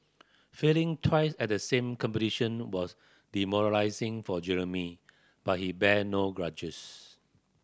failing twice at the same competition was demoralising for Jeremy but he bear no grudges